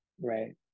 right